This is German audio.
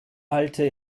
alte